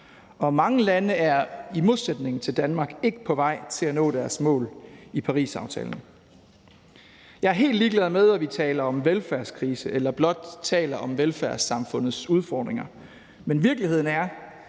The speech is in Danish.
Og mange lande er i modsætning til Danmark ikke på vej til at nå deres mål i Parisaftalen. Jeg er helt ligeglad med, om vi taler om velfærdskrise eller blot taler om velfærdssamfundets udfordringer. Men virkeligheden er,